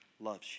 loves